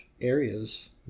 areas